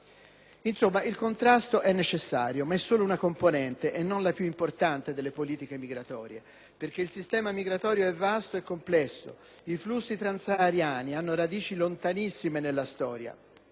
Insomma, il contrasto è necessario, ma è solo una componente - e non la più importante - delle politiche migratorie, perché il sistema migratorio è vasto e complesso: i flussi trans-sahariani hanno radici lontanissime nella storia;